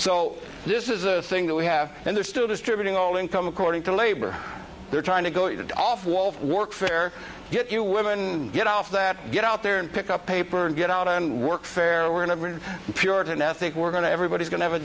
so this is a thing that we have and there's still distributing all income according to labor they're trying to go it off wall workfare get you women get off that get out there and pick up paper and get out and work fair we're never puritan ethic we're going to everybody's going to have a